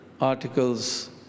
articles